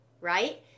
right